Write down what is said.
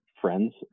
friends